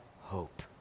hope